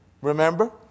Remember